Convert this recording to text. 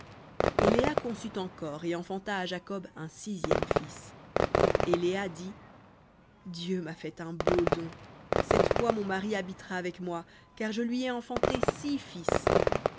et léa conçut encore et enfanta à jacob un sixième fils et léa dit dieu m'a fait un beau don cette fois mon mari habitera avec moi car je lui ai enfanté six fils